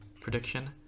prediction